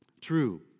True